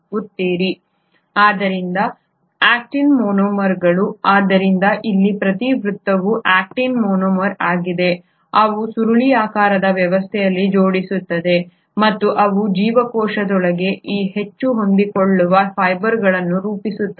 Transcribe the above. ಆದ್ದರಿಂದ ಈ ಆಕ್ಟಿನ್ ಮೊನೊಮರ್ಗಳು ಆದ್ದರಿಂದ ಇಲ್ಲಿ ಪ್ರತಿ ವೃತ್ತವು ಆಕ್ಟಿನ್ ಮೊನೊಮರ್ ಆಗಿದೆ ಅವು ಸುರುಳಿಯಾಕಾರದ ವ್ಯವಸ್ಥೆಯಲ್ಲಿ ಜೋಡಿಸುತ್ತವೆ ಮತ್ತು ಅವು ಜೀವಕೋಶದೊಳಗೆ ಈ ಹೆಚ್ಚು ಹೊಂದಿಕೊಳ್ಳುವ ಫೈಬರ್ಗಳನ್ನು ರೂಪಿಸುತ್ತವೆ